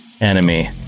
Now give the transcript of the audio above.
enemy